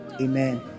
Amen